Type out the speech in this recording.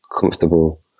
comfortable